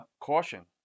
Caution